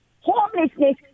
homelessness